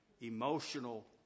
emotional